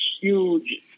huge